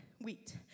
wheat